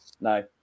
no